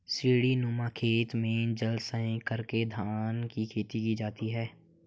सीढ़ीनुमा खेत में जल संचय करके धान की खेती की जाती है